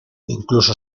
incluso